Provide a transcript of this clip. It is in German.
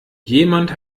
jemand